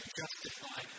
justify